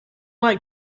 like